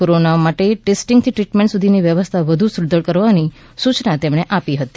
corona માટે ટેસ્ટિંગથી treatment સુધીની વ્યવસ્થા વધુ સુદ્રઢ કરવાની સૂચના તેમણે આપી હતી